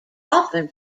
often